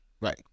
Right